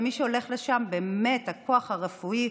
ומי שהולך לשם, באמת הכוח הרפואי,